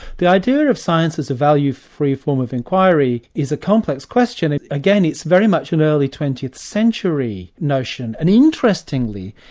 the idea of science as a value-free form of inquiry is a complex question. again it's very much and a twentieth century notion, and interestingly,